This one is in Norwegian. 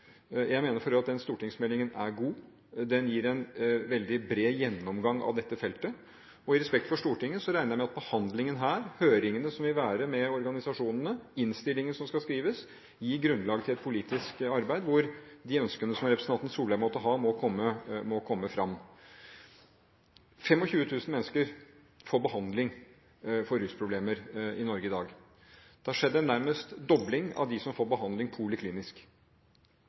Jeg mener for øvrig at den stortingsmeldingen er god, den gir en veldig bred gjennomgang av dette feltet. I respekt for Stortinget regner jeg med at behandlingen – høringene som vil være med organisasjonene, innstillingene som skal skrives – gir grunnlag for et politisk arbeid hvor de ønskene som representanten Solberg måtte ha, må komme fram. 25 000 mennesker får behandling for rusproblemer i Norge i dag. Det har vært nærmest en dobling av dem som får behandling poliklinisk.